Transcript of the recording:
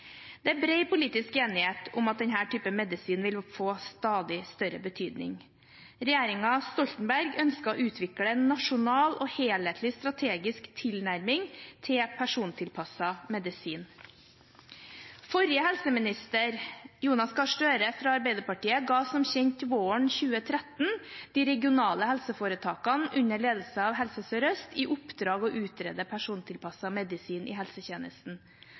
Det er bred politisk enighet om at denne typen medisin vil få stadig større betydning. Regjeringen Stoltenberg ønsket å utvikle en nasjonal og helhetlig strategisk tilnærming til persontilpasset medisin. Forrige helseminister, Jonas Gahr Støre fra Arbeiderpartiet, ga som kjent våren 2013 de regionale helseforetakene under ledelse av Helse Sør-Øst i oppdrag å utrede persontilpasset medisin i helsetjenesten.